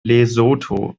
lesotho